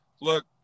look